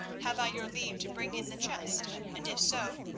have i your leave to bring in the chest, and if so,